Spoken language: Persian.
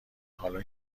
حالا